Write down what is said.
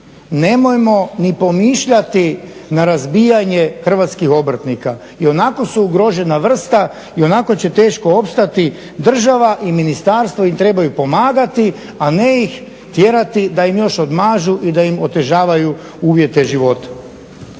Nemojmo ni pomišljati na razbijanje Hrvatskih obrtnika. Ionako su ugrožena vrsta. I onako će teško opstati. Država i ministarstvo im trebaju pomagati a ne ih tjerati da im još odmažu i da im otežavaju uvjete života.